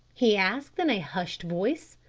he asked in a hushed voice.